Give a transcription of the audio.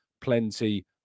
plenty